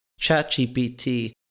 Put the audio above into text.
ChatGPT